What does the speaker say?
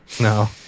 No